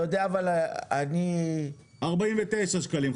49 שקלים.